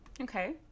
Okay